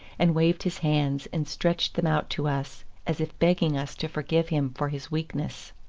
and waved his hands and stretched them out to us as if begging us to forgive him for his weakness.